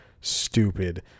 stupid